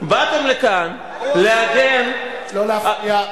באתם לכאן להגן, לא להפריע.